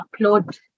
upload